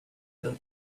other